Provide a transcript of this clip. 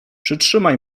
przytrzymaj